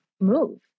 move